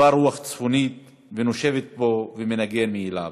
באה רוח צפונית ונושבת בו ומנגן מאליו.